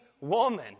woman